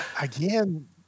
Again